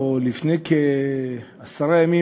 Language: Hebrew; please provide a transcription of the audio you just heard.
או לפני כעשרה ימים,